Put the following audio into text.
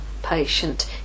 patient